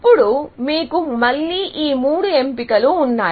అప్పుడు మీకు మళ్ళీ ఈ మూడు ఎంపికలు ఉన్నాయి